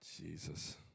Jesus